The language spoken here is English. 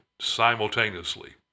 simultaneously